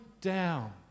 down